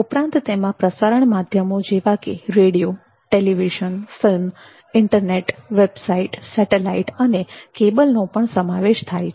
ઉપરાંત તેમાં પ્રસારણ માધ્યમો જેવાકે radio television film internet website satellite અને કેબલ નો પણ સમાવેશ થાય છે